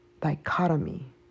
dichotomy